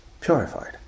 purified